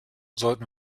sollten